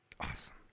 awesome